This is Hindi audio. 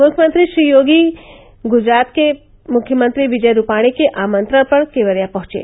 मुख्यमंत्री श्री योगी गुजरात के मुख्यमंत्री विजय रूपाणी के आमंत्रण पर केवड़िया पहुंचे